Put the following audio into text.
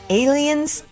aliens